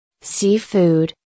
Seafood